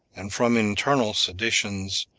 and from internal seditions,